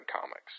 comics